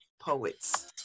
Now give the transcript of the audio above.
poets